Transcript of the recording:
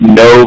no